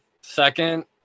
second